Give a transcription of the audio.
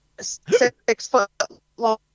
Six-foot-long